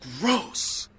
Gross